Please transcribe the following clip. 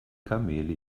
kamele